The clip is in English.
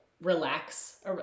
relax